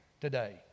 today